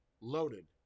loaded